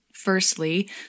Firstly